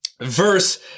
verse